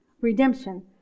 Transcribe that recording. redemption